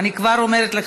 אני קובעת כי